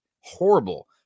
horrible